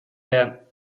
der